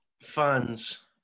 funds